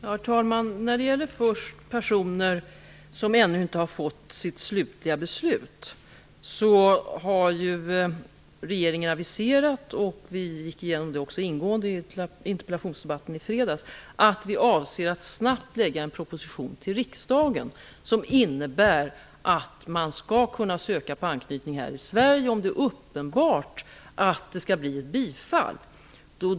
Herr talman! När det först gäller personer som ännu inte har fått sitt slutliga beslut har regeringen aviserat, vilket vi också gick igenom ingående vid interpellationsdebatten i fredags, att vi avser att snabbt lägga en proposition till riksdagen. Den innebär att man, om det är uppenbart att det blir bifall, skall kunna ansöka av anknytningsskäl här i Sverige.